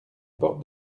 porte